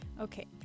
Okay